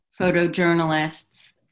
photojournalists